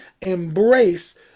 embrace